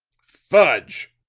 fudge!